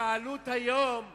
שהעלות שלה היום היא